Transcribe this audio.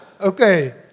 Okay